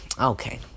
Okay